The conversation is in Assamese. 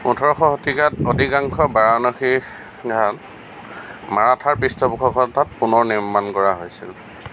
ওঠৰশ শতিকাত অধিকাংশ বাৰাণসী ঘাট মাৰাঠাৰ পৃষ্ঠপোষকতাত পুনৰ নিৰ্মাণ কৰা হৈছিল